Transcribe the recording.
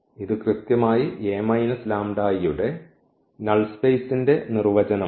ഇത് കൃത്യമായി ഈ യുടെ നൾ സ്പേസിന്റെ നിർവചനമാണ്